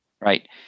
Right